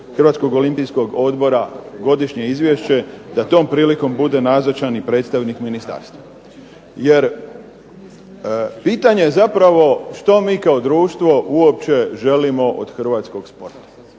Hrvatskog olimpijskog odbora, godišnje izvješće, da tom prilikom bude nazočan i predstavnik ministarstva. Jer pitanje je zapravo što mi kao društvo uopće želimo od hrvatskog sporta?